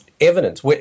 evidence